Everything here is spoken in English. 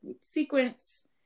sequence